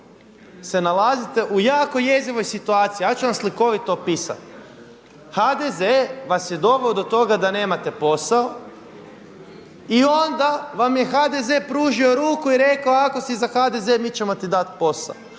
se nalazite u jako jezivoj situaciji. Ja ću vam slikovito opisati. HDZ vas je doveo do toga da nemate posao i onda vam je HDZ pružio ruku i rekao ako si za HDZ mi ćemo ti dati posao.